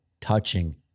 touching